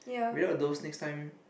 without those next time